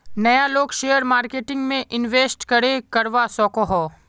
नय लोग share marketing में इंवेस्ट करे करवा सकोहो?